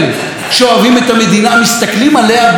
מסתכלים עליה באימה ואומרים: מה הם רוצים,